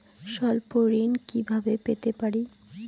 স্বল্প ঋণ কিভাবে পেতে পারি?